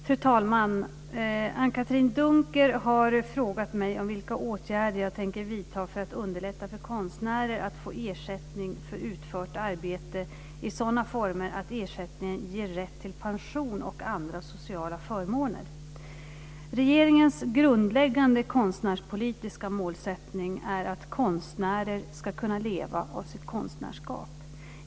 Fru talman! Anne-Katrine Dunker har frågat mig om vilka åtgärder jag tänker vidta för att underlätta för konstnärer att få ersättning för utfört arbete i sådana former att ersättningen ger rätt till pension och andra sociala förmåner. Regeringens grundläggande konstnärspolitiska målsättning är att konstnärer ska kunna leva av sitt konstnärskap.